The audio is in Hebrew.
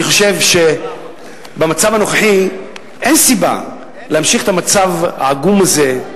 אני חושב שבמצב הנוכחי אין סיבה להמשיך את המצב העגום הזה,